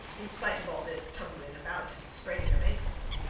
in spite of all this tumbling about and spraining of ankles.